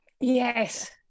Yes